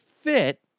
fit